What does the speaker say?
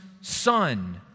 son